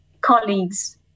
colleagues